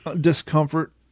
discomfort